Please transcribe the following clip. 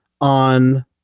on